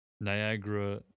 Niagara